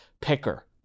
picker